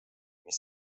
mis